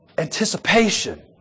Anticipation